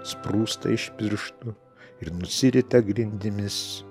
sprūsta iš pirštų ir nusirita grindimis